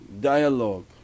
dialogue